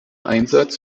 einsatz